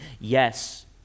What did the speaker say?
yes